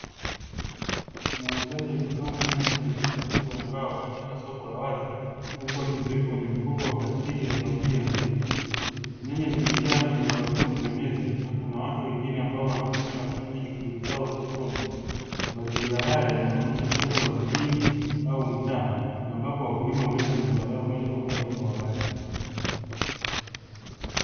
Muuzaji akipanga nyanya kwenye meza kubwa ya mbao katika soko la wazi, huku akiziweka kwenye mfuko wa plastiki kwaajili ya mteja. Nyanya zimejaa kwenye vibakuli na meza na kuna watu wengine ambao wanaonekana wakifanya shughuli zao sokoni. Mazingira haya yanaonesha soko ya mjini, au mtaa; ambapo wakulima huleta mazao yao moja kwa moja kwa walaji.